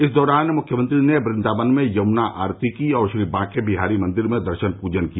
इस दौरान मुख्यमंत्री ने व्रदावन में यमुना आरती की और श्री बांके बिहारी मंदिर में दर्शन पूजन किया